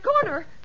corner